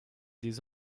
des